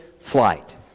flight